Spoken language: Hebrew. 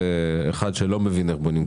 כאחד שלא מבין איך בונים כבישים,